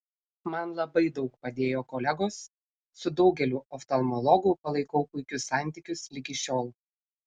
man labai daug padėjo kolegos su daugeliu oftalmologų palaikau puikius santykius ligi šiol